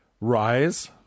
rise